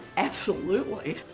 absolutely.